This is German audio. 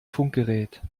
funkgerät